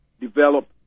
develop